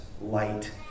light